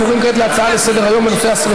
אנחנו עוברים כעת להצעות לסדר-היום מס' 10840,